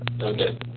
Okay